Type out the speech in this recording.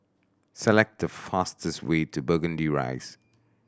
select the fastest way to Burgundy Rise